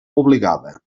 obligada